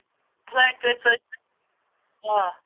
flight کۭتِس حظ چھِ آ